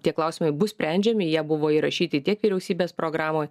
tie klausimai bus sprendžiami jie buvo įrašyti tiek vyriausybės programoj